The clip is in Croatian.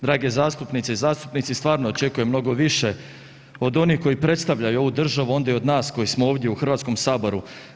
Drage zastupnice i zastupnici, stvarno očekujem mnogo više od onih koji predstavljaju ovu državu, onda i od nas koji smo ovdje u Hrvatskom saboru.